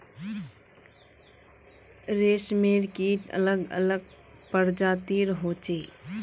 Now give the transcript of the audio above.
रेशमेर कीट अलग अलग प्रजातिर होचे